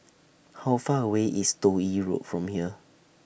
How Far away IS Toh Yi Road from here